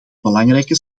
belangrijke